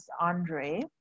Andre